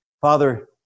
Father